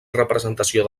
representació